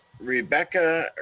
Rebecca